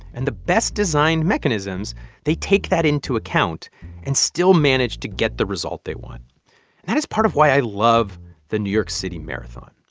and the best designed mechanisms they take that into account and still manage to get the result they want that is part of why i love the new york city marathon,